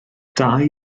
dau